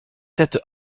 têtes